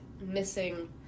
missing